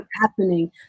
happening